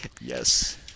Yes